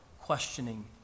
questioning